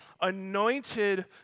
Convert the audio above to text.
anointed